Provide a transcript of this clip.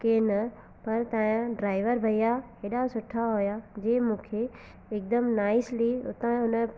कि न पर तव्हांजो ड्राइवर भईया हेॾा सुठा हुआ जंहिं मूंखे हिकदमु नाइस्ली हुतां